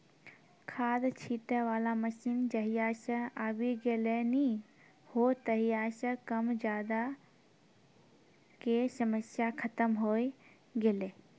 खाद छीटै वाला मशीन जहिया सॅ आबी गेलै नी हो तहिया सॅ कम ज्यादा के समस्या खतम होय गेलै